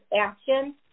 action